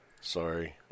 sorry